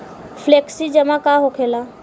Flexi जमा का होखेला?